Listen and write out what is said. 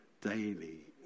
daily